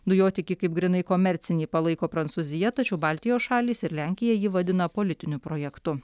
dujotiekį kaip grynai komercinį palaiko prancūzija tačiau baltijos šalys ir lenkija jį vadina politiniu projektu